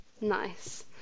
Nice